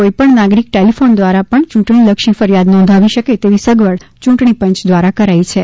કોઇપણ નાગરિક ટેલિફોન દ્વારા પણ ચૂંટણીલક્ષી ફરિથાદ નોંધાવી શકે તેવી સગવડ યૂંટણીપંચ દ્વારા શરૂ કરાઇ છે